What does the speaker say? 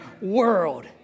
world